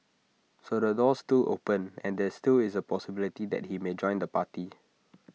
so the door's to open and there still is A possibility that he may join the party